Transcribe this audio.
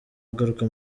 agaruka